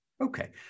Okay